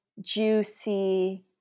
juicy